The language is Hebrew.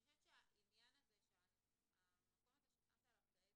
אני חושבת שהעניין הזה של המקום הזה ששמת עליו את האצבע,